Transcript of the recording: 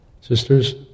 Sisters